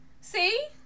See